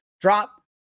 drop